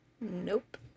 Nope